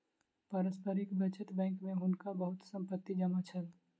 पारस्परिक बचत बैंक में हुनका बहुत संपत्ति जमा छल